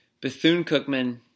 Bethune-Cookman